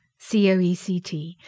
COECT